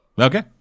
Okay